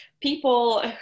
people